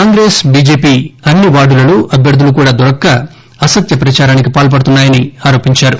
Congress BJP పార్టీలు అన్ని వార్డులలో అభ్యర్ధులు కూడా దొరకక అసత్య ప్రచారానికి పాల్పడుతున్నారని ఆరోపించారు